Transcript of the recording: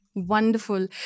Wonderful